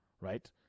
right